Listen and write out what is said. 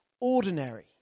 ordinary